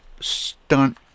stunt